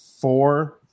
four